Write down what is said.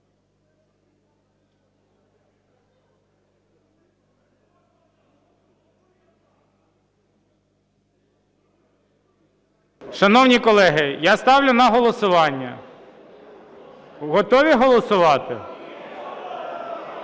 Шановні колеги, я ставлю на голосування. Готові голосувати? Ні, у вас